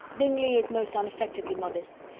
bingley is most unaffectedly modest.